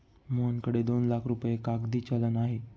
मोहनकडे दोन लाख रुपये कागदी चलन आहे